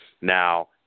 Now